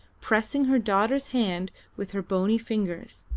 pressing her daughter's hand with her bony fingers.